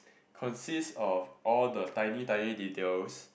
consists of all the tiny tiny details